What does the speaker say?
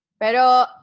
Pero